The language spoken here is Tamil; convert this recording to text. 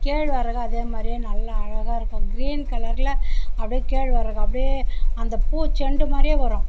கேழ்வரகு அதே மாதிரியே நல்லா அழகாக இருக்கும் கிரீன் கலரில் அப்படியே கேழ்வரகு அப்படியே அந்த பூச்செண்டு மாதிரியே வரும்